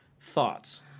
thoughts